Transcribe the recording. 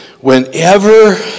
Whenever